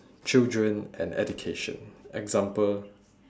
children and education example